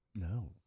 No